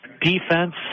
defense